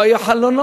לא היו חלונות,